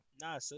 Nah